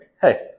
hey